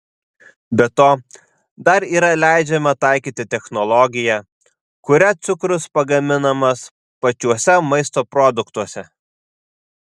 be to dar yra leidžiama taikyti technologiją kuria cukrus pagaminamas pačiuose maisto produktuose